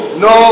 no